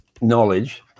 knowledge